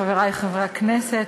חברי חברי הכנסת,